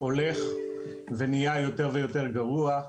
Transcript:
הולך ונהיה יותר ויותר גרוע.